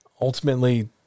ultimately